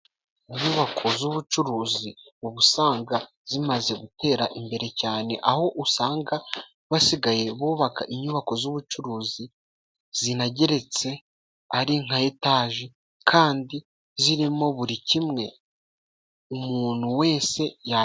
Inyubako z'ubucuruzi ubusanga zimaze gutera imbere cyane aho usanga basigaye bubaka inyubako z'ubucuruzi zinajyeretse ari nka etaje kandi zirimo buri kimwe umuntu wese ya.